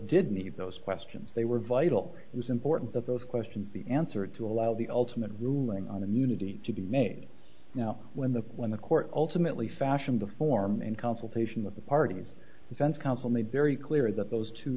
did need those questions they were vital it was important that those questions the answer to allow the ultimate ruling on immunity to be made now when the when the court ultimately fashioned the form in consultation with the parties defense counsel made very clear that those two